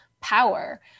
power